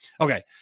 Okay